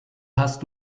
hast